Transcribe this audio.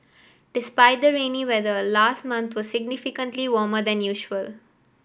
despite the rainy weather last month was significantly warmer than usual